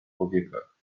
powiekach